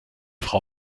frau